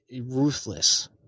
ruthless